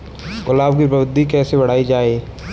गुलाब की वृद्धि कैसे बढ़ाई जाए?